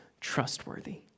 trustworthy